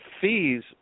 fees